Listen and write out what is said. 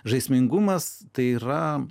žaismingumas tai yra